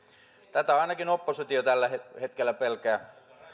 tätä ainakin oppositio tällä hetkellä pelkää